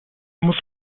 muss